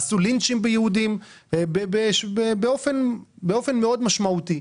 עשו לינצ'ים ביהודים באופן מאוד משמעותי.